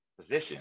position